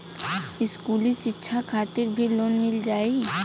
इस्कुली शिक्षा खातिर भी लोन मिल जाई?